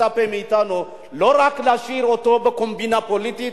מצפה מאתנו לא רק להשאיר אותה בקומבינה פוליטית,